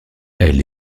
elle